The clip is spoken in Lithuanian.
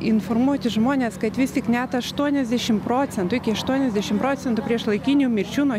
informuoti žmones kad vis tik net aštuoniasdešim procentų iki aštuoniasdešim procentų priešlaikinių mirčių nuo